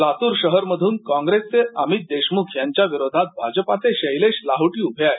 लातूर मधून कॉंग्रेसचे अमित देशमुखयांच्या विरोधात भाजपाचे शैलेश लाहोटी उभे आहेत